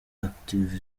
active